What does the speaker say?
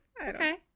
Okay